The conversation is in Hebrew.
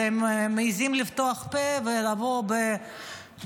אז הם מעיזים לפתוח פה ולבוא בטענות,